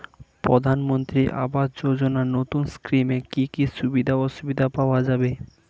প্রধানমন্ত্রী আবাস যোজনা নতুন স্কিমে কি কি সুযোগ সুবিধা পাওয়া যাবে?